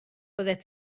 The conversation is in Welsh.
byddet